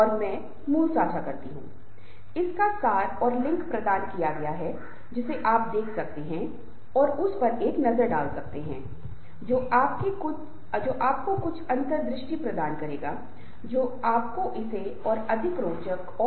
तो इस तरह के अध्ययन का मतलब है समूह या गठन और समूह की गतिशीलता वास्तव में बहुत सामान्य है कुछ सामान्य लक्ष्य को प्राप्त करने के लिए बहुत सहायक है